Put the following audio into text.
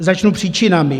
Začnu příčinami.